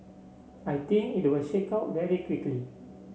I think it will shake out very quickly